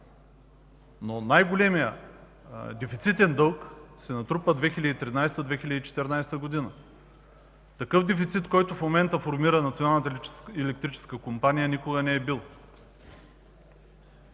Но най-големият дефицитен дълг се натрупа в 2013 – 2014 г. Такъв дефицит, който в момента формира Националната електрическа компания, никога не е бил.